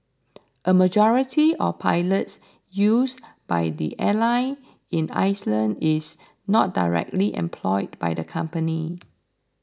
a majority of pilots used by the airline in island is not directly employed by the company